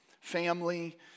family